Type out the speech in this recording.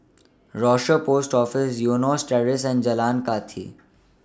Rochor Post Office Eunos Terrace and Jalan Kathi